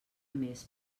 més